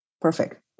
Perfect